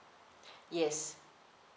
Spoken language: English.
yes